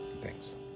Thanks